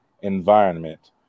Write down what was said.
environment